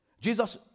Jesus